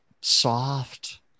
soft